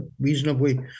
reasonably